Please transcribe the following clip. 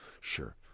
sure